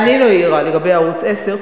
אה, נינו העירה לגבי ערוץ-10.